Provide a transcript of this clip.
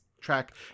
track